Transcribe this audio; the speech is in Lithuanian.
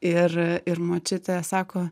ir ir močiutė sako